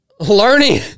Learning